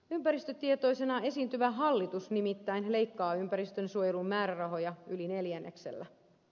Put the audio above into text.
ympäristötietoisena esiintyvä hallitus nimittäin leikkaa ympäristönsuojelun määrärahoja yli neljänneksellä